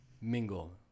mingle